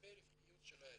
לגבי רווחיות העסק,